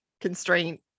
constraint